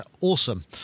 awesome